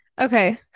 Okay